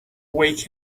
wake